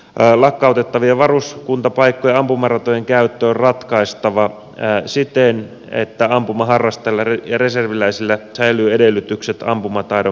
lakkautettavien varuskuntapaikkojen ampumaratojen käyttö on ratkaistava siten että ampumaharrastajilla ja reserviläisillä säilyy edellytykset ampumataidon ylläpitämiseen